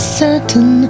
certain